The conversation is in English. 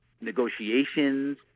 negotiations